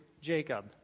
Jacob